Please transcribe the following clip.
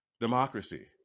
democracy